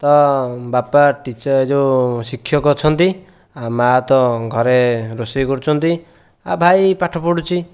ତ ବାପା ଏଇ ଯେଉଁ ଶିକ୍ଷକ ଅଛନ୍ତି ଆଉ ମା' ତ ଘରେ ରୋଷେଇ କରୁଛନ୍ତି ଆଉ ଭାଇ ପାଠ ପଢ଼ୁଛି